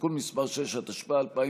(תיקון מס' 6), התשפ"א 2020,